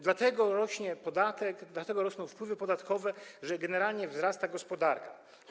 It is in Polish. Dlatego rośnie podatek, dlatego rosną wpływy podatkowe, że generalnie wzrasta, rozwija się gospodarka.